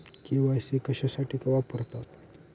KYC कशासाठी वापरतात?